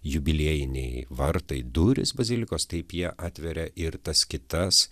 jubiliejiniai vartai durys bazilikos taip jie atveria ir tas kitas